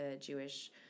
Jewish